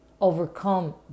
overcome